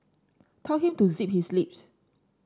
tell him to zip his lip